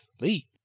Lee